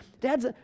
Dad's